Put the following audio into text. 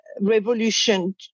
revolution